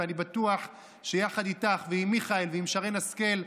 ואני בטוח שיחד איתך ועם מיכאל ועם שרן השכל,